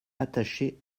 attachés